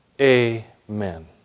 Amen